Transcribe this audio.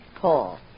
Paul